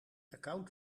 account